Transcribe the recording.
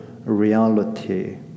reality